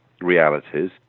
realities